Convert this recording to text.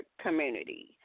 community